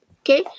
okay